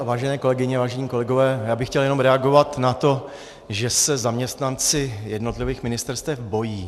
Vážené kolegyně, vážení kolegové, chtěl bych jen reagovat na to, že se zaměstnanci jednotlivých ministerstev bojí.